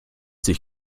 sich